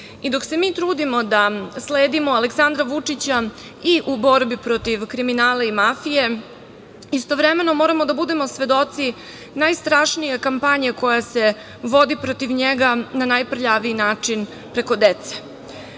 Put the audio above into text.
dok se mi trudimo da sledimo Aleksandra Vučića i u borbi protiv kriminala i mafije, istovremeno moramo da budemo svedoci najstrašnije kampanje koja se vodi protiv njega na najprljaviji način preko dece.